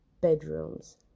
bedrooms